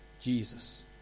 Jesus